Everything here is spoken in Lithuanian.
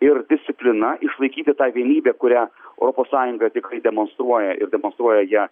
ir disciplina išlaikyti tą vienybę kurią europos sąjunga tikrai demonstruoja ir demonstruoja ją